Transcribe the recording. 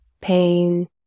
Pain